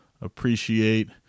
appreciate